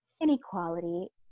inequality